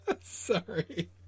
sorry